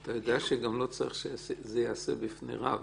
-- אתה יודע שגם לא צריך שזה ייעשה בפני רב.